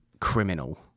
criminal